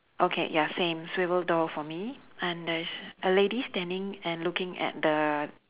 okay ya same swivel door for me and there's a lady standing and looking at the